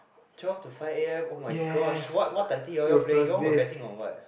twelve to five A_M oh my gosh what what tai ti were you all playing you were betting on what